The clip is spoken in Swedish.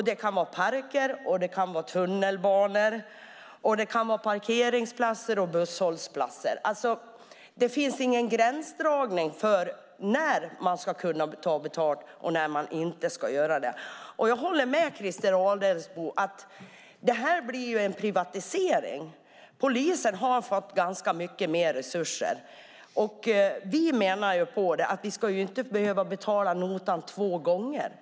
Det kan vara parker, tunnelbanor, parkeringsplatser och busshållplatser. Det finns ingen gräns för när polisen kan ta betalt och när polisen inte kan göra det. Jag håller med Christer Adelsbo om att det blir fråga om en privatisering. Polisen har fått mer resurser. Vi menar att vi inte ska behöva betala notan två gånger.